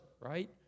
right